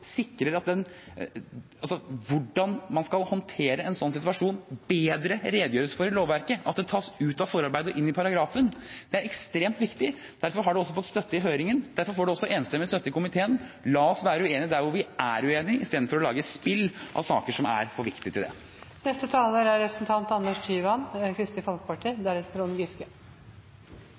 sikrer at hvordan man skal håndtere en slik situasjon bedre, redegjøres for i lovverket – at det tas ut av forarbeidet og inn i paragrafen. Det er ekstremt viktig. Derfor har det også fått støtte i høringen. Derfor får det også enstemmig støtte i komiteen. La oss være uenige der hvor vi er uenige, istedenfor å lage et spill av saker som er for viktige til det. Representanten Giske brukte ganske mye tid på å fortelle at det ikke er